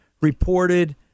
reported